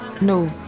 no